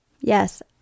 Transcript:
Yes